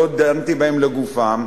לא דנתי בהם לגופם,